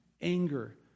anger